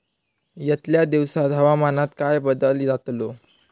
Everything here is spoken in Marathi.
यतल्या दिवसात हवामानात काय बदल जातलो?